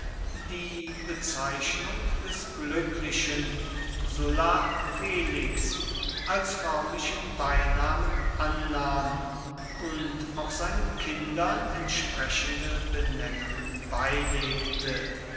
die bezeichnung des glücklichen sulla felix als förmlichen beinamen annahm und auch seinen kindern entsprechende benennungen beilegte